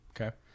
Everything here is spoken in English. Okay